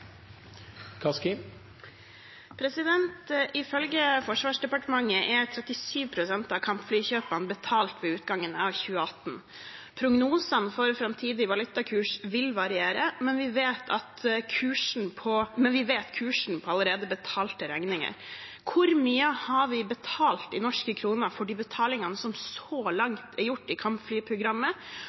av kampflykjøpet betalt ved utgangen av 2018. Prognosene for framtidig valutakurs vil variere, men vi vet kursen på allerede betalte regninger. Hvor mye har vi betalt i norske kroner for de betalingene som er gjort så langt i kampflyprogrammet, og hvor mye estimerer Forsvarsdepartementet at de resterende betalingene vil komme på, i